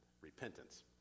repentance